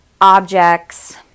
objects